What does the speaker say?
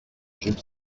jules